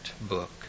book